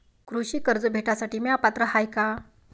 कृषी कर्ज भेटासाठी म्या पात्र हाय का?